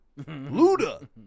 Luda